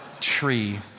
tree